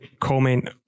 comment